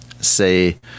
say